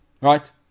right